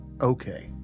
okay